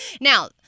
Now